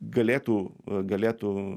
galėtų galėtų